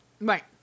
Right